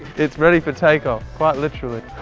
it's ready for takeoff quite literally.